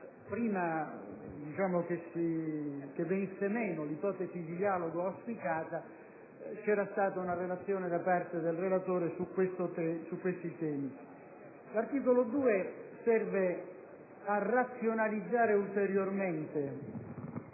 prima che venisse meno l'ipotesi di dialogo auspicata, c'era stata una relazione da parte dal relatore su questi temi. L'articolo 2 è finalizzato a razionalizzare ulteriormente